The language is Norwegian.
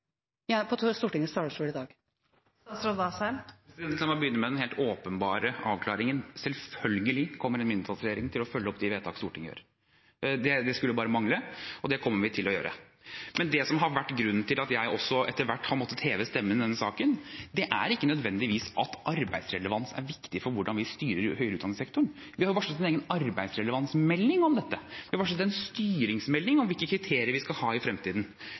på Stortingets talerstol i dag? La meg begynne med den helt åpenbare avklaringen: Selvfølgelig kommer en mindretallsregjering til å følge opp de vedtak Stortinget gjør. Det skulle bare mangle, og det kommer vi til å gjøre. Det som har vært grunnen til at jeg også etter hvert har måttet heve stemmen i denne saken, er ikke nødvendigvis at arbeidsrelevans er viktig for hvordan vi styrer høyere utdanningssektoren. Vi har jo varslet en egen arbeidsrelevansmelding om dette, vi har varslet en styringsmelding om hvilke kriterier vi skal ha i fremtiden.